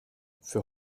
für